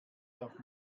darf